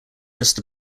just